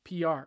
PR